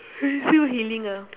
he still healing ah